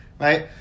Right